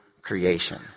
creation